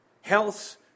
health